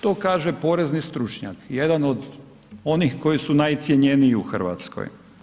To kaže porezni stručnjak, jedan od onih koji su najcjenjeniji u Hrvatskoj.